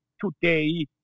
today